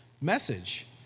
message